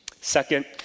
Second